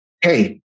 hey